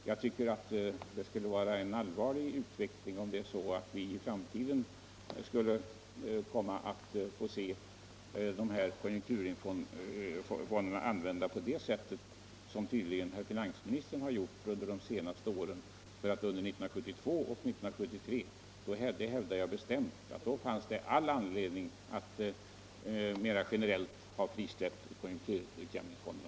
Jag tycker emellertid att det skulle vara en allvarlig utveckling om vi i framtiden skulle få se konjunkturutjämningsfonderna användas på det sätt som finansministern tydligen under de senaste åren menat att de skulle användas på. Jag hävdar nämligen bestämt att det under 1972 och 1973 skulle ha funnits all anledning att mera generellt frisläppa konjunkturutjämningsfonderna.